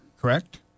correct